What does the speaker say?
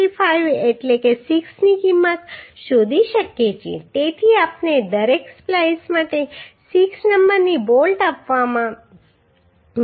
65 એટલે કે 6 ની કિંમત શોધી શકીએ છીએ તેથી આપણે દરેક સ્પ્લાઈસ માટે 6 નંબરની બોલ્ટ આપવાની જરૂર છે